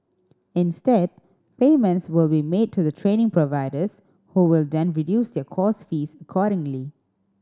instead payments will be made to the training providers who will then reduce their course fees accordingly